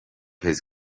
his